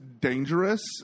dangerous